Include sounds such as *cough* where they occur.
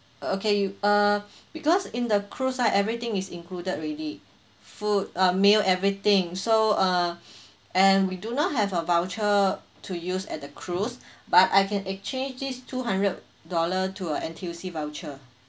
okay you uh because in the cruise right everything is included already food uh meal everything so uh *breath* and we do not have a voucher to use at the cruise but I can exchange this two hundred dollar to a N_T_U_C voucher